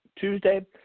Tuesday